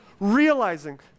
realizing